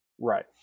Right